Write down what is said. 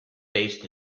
based